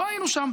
לא היינו שם,